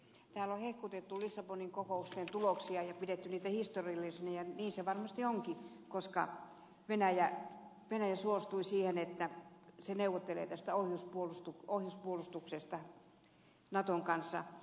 täällä on hehkutettu lissabonin kokousten tuloksia ja pidetty niitä historiallisina ja niin se varmasti onkin koska venäjä suostui siihen että se neuvottelee tästä ohjuspuolustuksesta naton kanssa